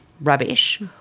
rubbish